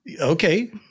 Okay